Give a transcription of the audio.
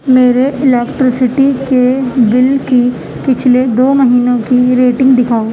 میرے الیکٹرسٹی کے بل کی پچھلے دو مہینوں کی ریٹنگ دکھاؤ